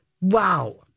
Wow